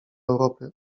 europy